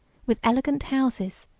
with elegant houses,